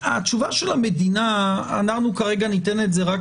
התשובה של המדינה שאנחנו כרגע ניתן את זה רק